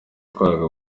yakoraga